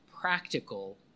practical